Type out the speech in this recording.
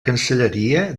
cancelleria